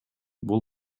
бул